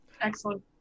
Excellent